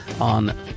On